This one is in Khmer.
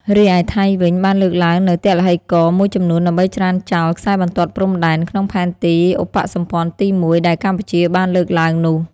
រីឯថៃវិញ បានលើកឡើងនូវទឡ្ហីករណ៍មួយចំនួនដើម្បីច្រានចោលខ្សែបន្ទាត់ព្រំដែន ក្នុងផែនទីឧបសម្ព័ន្ធទី១ ដែលកម្ពុជាបានលើកឡើងនោះ។